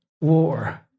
war